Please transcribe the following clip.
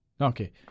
Okay